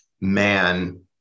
man